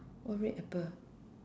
what red apple